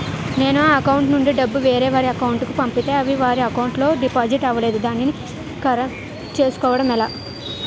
నేను నా అకౌంట్ నుండి డబ్బు వేరే వారి అకౌంట్ కు పంపితే అవి వారి అకౌంట్ లొ డిపాజిట్ అవలేదు దానిని కరెక్ట్ చేసుకోవడం ఎలా?